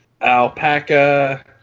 Alpaca